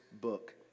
book